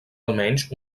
almenys